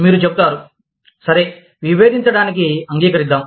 మీరు చెబుతారు సరే విభేదించడానికి అంగీకరిద్దాం